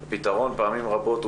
פעמים רבות,